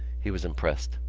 he was impressed.